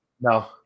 No